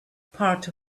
part